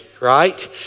Right